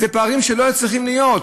אלה פערים שלא היו צריכים להיות.